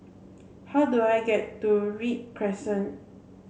how do I get to Read Crescent